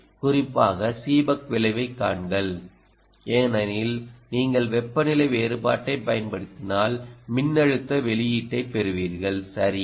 குறிப்பாக சீபெக் விளைவைக் காண்க ஏனெனில் நீங்கள் வெப்பநிலை வேறுபாட்டைப் பயன்படுத்தினால் மின்னழுத்த வெளியீட்டைப் பெறுவீர்கள் சரியா